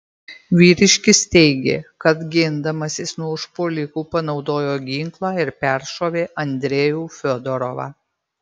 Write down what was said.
vyriškis teigė kad gindamasis nuo užpuolikų panaudojo ginklą ir peršovė andrejų fiodorovą